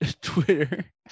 twitter